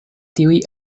tiuj